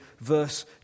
verse